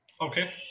Okay